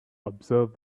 observe